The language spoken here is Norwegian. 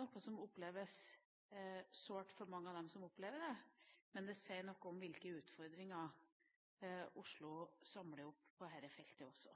noe som oppleves sårt for dem som opplever det, men det sier også noe om hvilke utfordringer Oslo samler opp på dette feltet. Det er også